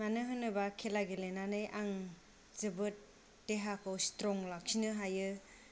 मानो होनोब्ला खेला गेलेनानै आं जोबोद देहाखौ स्ट्रं लाखिनो हायो